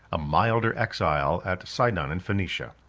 a milder exile at sidon, in phoenicia.